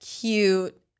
cute